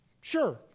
Sure